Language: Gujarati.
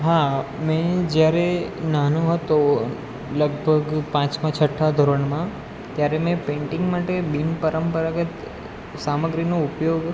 હા મેં જ્યારે નાનો હતો લગભગ પાંચમા છઠ્ઠા ધોરણમાં ત્યારે મેં પેંટિંગ માટે બીન પરંપરાગત સામગ્રીનો ઉપયોગ